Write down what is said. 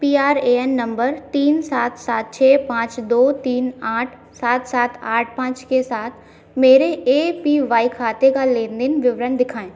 P R A N number तीन सात सात छः पाँच दो तीन आठ सात सात आठ पाँच के साथ मेरे ए पी वाई खाते का लेन देन विवरण दिखाएँ